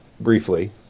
briefly